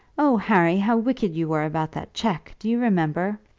oh, harry, how wicked you were about that cheque! do you remember?